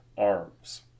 Arms